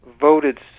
voted